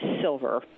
Silver